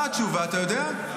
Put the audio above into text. מה התשובה, אתה יודע?